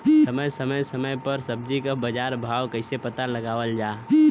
समय समय समय पर सब्जी क बाजार भाव कइसे पता लगावल जा सकेला?